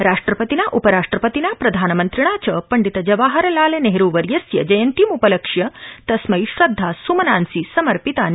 राष्ट्रपतिना उपराष्ट्रपतिना प्रधानमन्त्रिणा च पण्डितजवाहरलालनेहरूवर्यस्य जयन्तीम्पलक्ष्य तस्मै अश्रदधा सुमनांसि असमर्पितानि